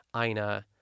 Ina